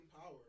power